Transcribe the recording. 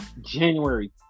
January